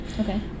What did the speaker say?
Okay